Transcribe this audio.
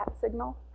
signal